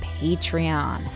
Patreon